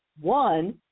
One